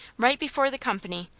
right before the company,